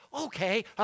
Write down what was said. Okay